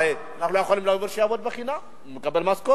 הרי הוא לא יכול לעבוד בחינם, הוא מקבל משכורת,